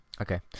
Okay